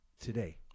today